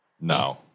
No